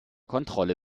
kontrolle